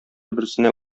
берсенә